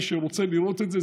מי שרוצה לראות את זה,